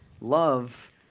love